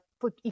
put